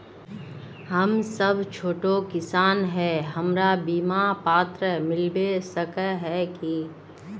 हम सब छोटो किसान है हमरा बिमा पात्र मिलबे सके है की?